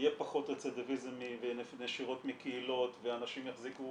יהיה פחות רצידיביזם ונשירות מקהילות ואנשים יחזיקו